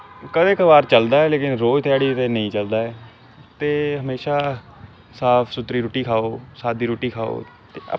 कदें कवार ते चलदा ऐ पर रोज़ ध्याड़ी नी चलदा ऐ ते म्हेशां साफ सुथरी रुट्टी खाओ साद्दी रुट्टी खाओ